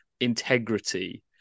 integrity